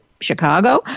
Chicago